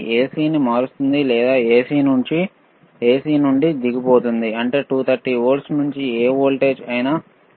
ఎసిని 230 వోల్ట్లు నుండి తగ్గిస్తుంది అంటే ఇది ఏ వోల్టేజ్ కి అయినా తగ్గించవచ్చు